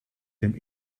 dem